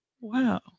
Wow